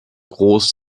groß